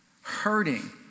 hurting